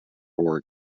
for